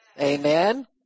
Amen